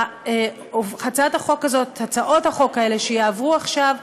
הצעות החוק האלה שיעברו עכשיו,